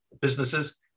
businesses